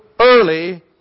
early